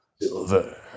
Silver